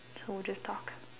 so we'll just talk